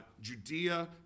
Judea